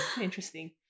interesting